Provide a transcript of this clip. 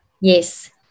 Yes